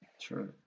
True